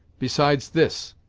besides this.